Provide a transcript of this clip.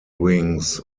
wings